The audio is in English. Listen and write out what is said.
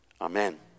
amen